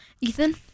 Ethan